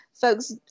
folks